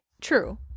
True